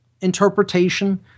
interpretation